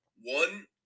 one